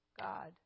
God